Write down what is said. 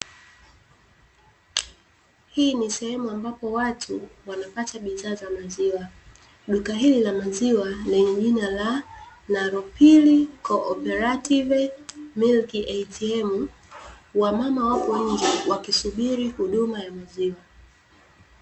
Hii ni sehemu ambapo watu wanapata bidhaa za maziwa. Duka hili la maziwa lenye jina la "NAROPIL CO-OPERATIVE MILK ATM". Wamama wapo nje wakisubiri huduma ya maziwa.